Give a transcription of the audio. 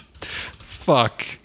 Fuck